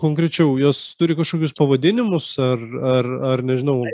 konkrečiau jos turi kažkokius pavadinimus ar ar ar nežinau